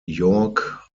yorke